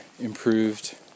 improved